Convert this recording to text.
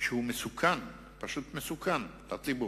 שהוא מסוכן, פשוט מסוכן לציבור.